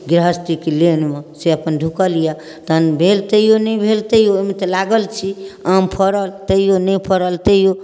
गृहस्थीके लाइनमे से अपन ढुकल अइ तहन भेल तैओ नहि भेल तैओ ओहिमे तऽ लागल छी आम फड़ल तैओ नहि फड़ल तैओ